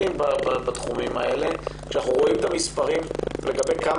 מאשר נשים בתחומים האלה כשאנחנו רואים את המספרים כמה